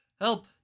help